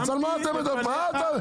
מה אתה?